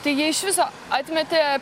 tai jie iš viso atmetė